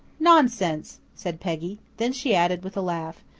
nonsense! said peggy. then she added with a laugh,